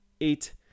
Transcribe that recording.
eight